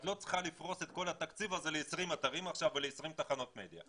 את לא צריכה לפרוס את כל התקציב הזה ל-20 אתרים או ל-20 תחנות מדיה.